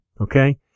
Okay